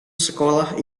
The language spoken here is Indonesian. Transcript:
sekolah